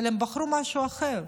אבל הם בחרו משהו אחר,